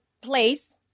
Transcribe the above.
place